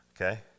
Okay